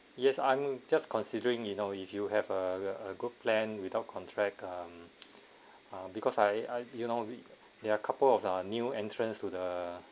yes I'm just considering you know if you have a a good plan without contract um ah because I I you know there are a couple of new entrance to the